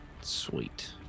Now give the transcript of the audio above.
Sweet